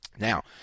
Now